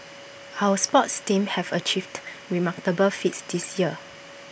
our sports teams have achieved remarkable feats this year